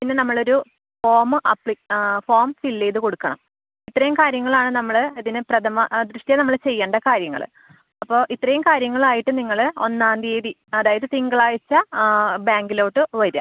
പിന്നെ നമ്മളൊരു ഫോം ആപ്ലി ആ ഫോം ഫിൽ ചെയ്ത് കൊടുക്കണം ഇത്രയും കാര്യങ്ങളാണ് നമ്മൾ ഇതിന് പ്രഥമ ദൃഷ്ട്യാ നമ്മൾ ചെയ്യേണ്ട കാര്യങ്ങൾ അപ്പോൾ ഇത്രയും കാര്യങ്ങളായിട്ട് നിങ്ങൾ ഒന്നാം തീയതി അതായത് തിങ്കളാഴ്ച ബാങ്കിലോട്ട് വരുക